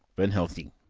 van helsing.